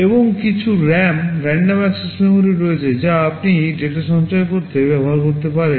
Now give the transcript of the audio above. এবং কিছু RAM random access memory রয়েছে যা আপনি ডেটা সঞ্চয় করতে ব্যবহার করতে পারেন